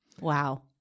Wow